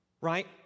Right